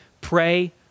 pray